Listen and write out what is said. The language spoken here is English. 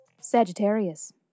Sagittarius